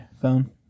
phone